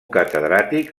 catedràtic